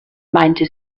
meinte